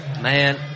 Man